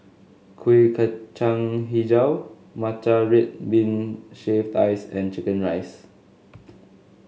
Kuih Kacang hijau Matcha Red Bean Shaved Ice and chicken rice